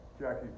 Jackie